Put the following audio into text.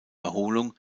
erholung